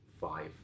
five